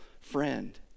friend